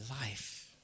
life